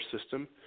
system